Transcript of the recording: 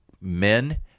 men